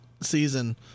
season